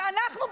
ואנחנו,